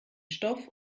stoff